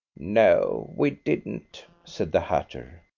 no we didn't, said the hatter.